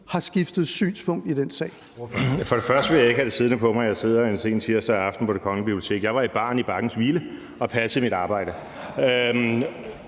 Morten Messerschmidt (DF): Først og fremmest vil jeg ikke have siddende på mig, at jeg sidder en sen tirsdag aften på Det Kongelige Bibliotek. Jeg var i baren i Bakkens Hvile og passede mit arbejde.